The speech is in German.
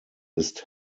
ist